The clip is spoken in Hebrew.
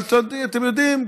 אבל אתם יודעים,